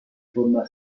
forma